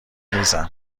میزم